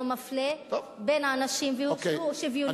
לא מפלה בין האנשים ולא שוויוני,